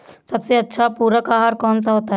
सबसे अच्छा पूरक आहार कौन सा होता है?